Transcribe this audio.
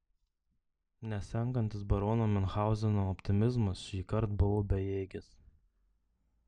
nesenkantis barono miunchauzeno optimizmas šįkart buvo bejėgis